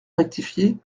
rectifié